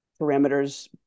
parameters